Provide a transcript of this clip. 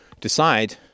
decide